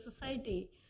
society